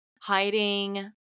hiding